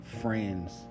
friends